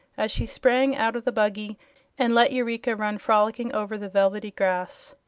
as she sprang out of the buggy and let eureka run frolicking over the velvety grass.